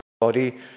body